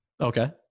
Okay